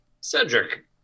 Cedric